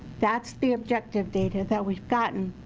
that's the objective data that we've gotten.